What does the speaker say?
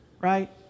right